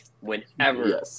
Whenever